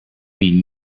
vint